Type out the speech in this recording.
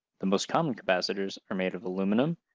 the most common capacitors are made of aluminum,